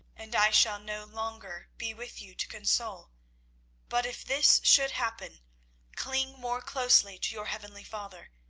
and i shall no longer be with you to console but if this should happen cling more closely to your heavenly father.